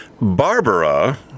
Barbara